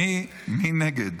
מי נגד?